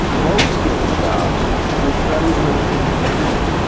low skill jobs with very little in between.